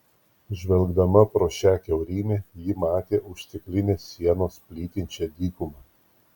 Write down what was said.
žvelgdama pro šią kiaurymę ji matė už stiklinės sienos plytinčią dykumą